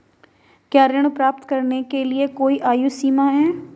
क्या ऋण प्राप्त करने के लिए कोई आयु सीमा है?